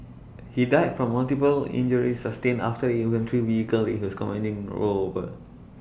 he died from multiple injuries sustained after the infantry vehicle he was commanding rolled over